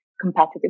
competitive